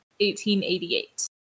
1888